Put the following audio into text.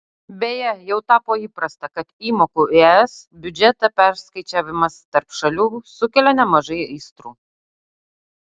beje jau tapo įprasta kad įmokų į es biudžetą perskaičiavimas tarp šalių sukelia nemažai aistrų